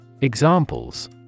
Examples